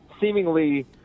seemingly